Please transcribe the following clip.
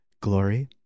glory